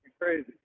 crazy